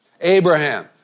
Abraham